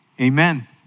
Amen